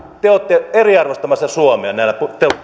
te te olette eriarvoistamassa suomea näillä